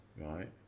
Right